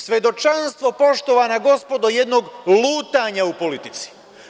Svedočanstvo, poštovana gospodo, jednog lutanja u politici.